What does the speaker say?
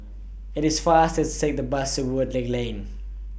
IT IS faster to Take The Bus to Woodleigh Lane